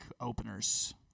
openers